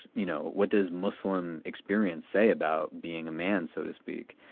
you know, what does muslim experience say about being a man, so to speak?